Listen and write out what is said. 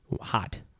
hot